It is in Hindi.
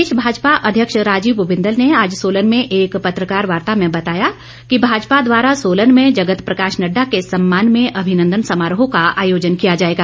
प्रदेश भाजपा अध्यक्ष राजीव बिंदल ने आज सोलन में एक पत्रकार वार्ता में बताया कि भाजपा द्वारा सोलन में जगत प्रकाश नड्डा के सम्मान में अभिनंदन समारोह का आयोजन किया जाएगा